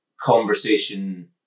conversation